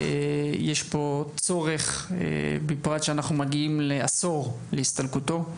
יש פה צורך בפרט שאנחנו מגיעים לעשור להסתלקותו.